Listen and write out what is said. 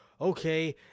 okay